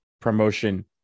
promotion